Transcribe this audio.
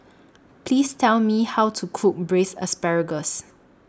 Please Tell Me How to Cook Braised Asparagus